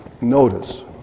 notice